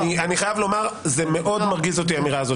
אני חייב לומר שהאמירה הזאת שלך מאוד מרגיזה אותי.